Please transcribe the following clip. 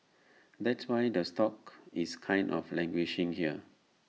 that's why the stock is kind of languishing here